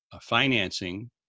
financing